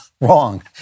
Wrong